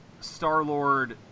Star-Lord